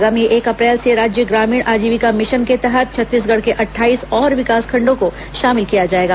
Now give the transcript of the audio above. आगामी एक अप्रैल से राज्य ग्रामीण आजीविका मिशन के तहत छत्तीसगढ़ के अट्ठाईस और विकासखंडों को शामिल किया जाएगा